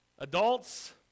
Adults